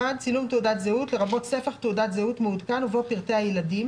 צילום תעודת זהות לרבות ספח תעודת זהות מעודכן ובו פרטי הילדים.